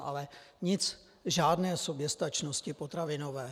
Ale nic, žádné soběstačnosti potravinové.